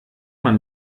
man